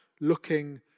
looking